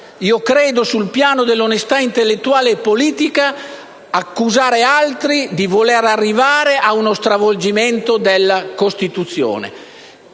altri, sul piano dell'onestà intellettuale e politica, di voler arrivare ad uno stravolgimento della Costituzione.